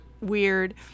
weird